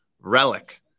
relic